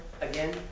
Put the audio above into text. again